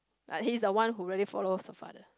like he's the one who really follows the father